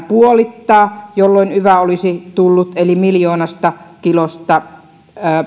puolittaa sen milloin yva olisi tullut miljoonasta kilosta